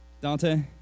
Dante